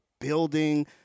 building